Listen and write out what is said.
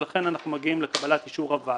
ולכן אנחנו מגיעים לקבלת אישור הוועדה.